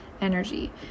energy